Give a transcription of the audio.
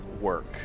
Work